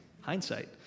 Hindsight